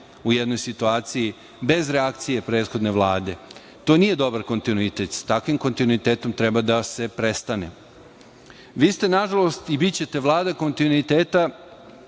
u jednoj situaciji bez reakcije prethodne Vlade. To nije dobar kontinuitet. Sa takvim kontinuitetom treba da se prestane. Vi ste nažalost i bićete Vlada kontinuiteta